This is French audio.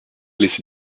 laissé